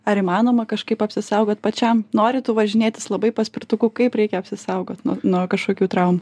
ar įmanoma kažkaip apsisaugot pačiam nori tu važinėtis labai paspirtuku kaip reikia apsisaugot nuo kažkokių traumų